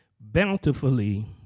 bountifully